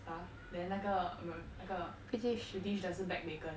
ha then 那个 e~ 那个 british 的是 back bacon